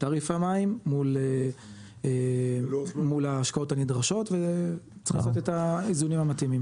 תעריף המים מול ההשקעות הנדרשות וצריך לתת את האיזונים המתאימים.